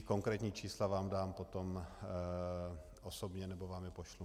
Konkrétní čísla vám dám potom osobně nebo vám je pošlu.